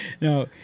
no